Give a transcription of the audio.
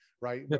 right